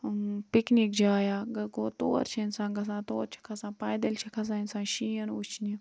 picnic جاے اَکھ گوٚو تور چھِ اِنسان گَژھان تور چھِ کھَسان پایدٔلۍ چھِ کھَسان اِنسان شیٖن وُچھنہِ